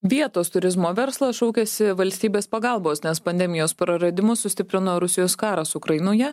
vietos turizmo verslas šaukiasi valstybės pagalbos nes pandemijos praradimus sustiprino rusijos karas ukrainoje